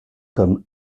comme